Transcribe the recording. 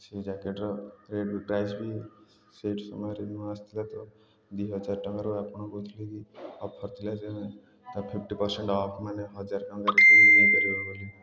ସେ ଜ୍ୟାକେଟ୍ର ରେଟ୍ ପ୍ରାଇସ୍ବି ସେଇଠି ସମୟରେ ନୂଆ ଆସିଥିଲା ତ ଦୁଇ ହଜାର ଟଙ୍କାରୁ ଆପଣ କହୁଥିଲେ କି ଅଫର୍ ଥିଲା ଯେ ତା ଫିଫ୍ଟି ପରସେଣ୍ଟ୍ ଅଫ୍ ମାନେ ହଜାର ଟଙ୍କା ନେଇପାରିବ ବୋଲି